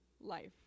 life